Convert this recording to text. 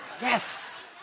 Yes